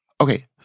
Okay